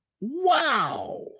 Wow